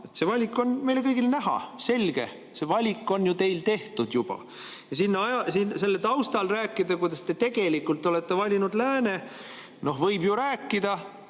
See valik on meile kõigile näha, selge. See valik on ju teil juba tehtud. Selle taustal rääkida, kuidas te tegelikult olete valinud lääne … Võib ju rääkida,